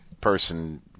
person –